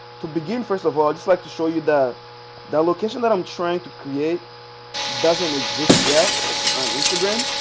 to begin first of all, i'll just like to show you that the location that i'm trying to create doesn't exist yet on instagram.